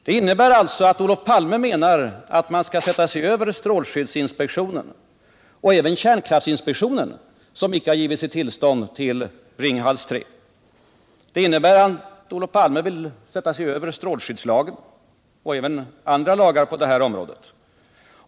Det innebär att Olof Palme menar att man skall sätta sig över strålskyddsinspektionen och även kärnkraftsinspektionen, som icke har givit sitt tillstånd till Ringhals 3. Det betyder att Olof Palme vill sätta sig över strålskyddslagen och även andra lagar på detta område.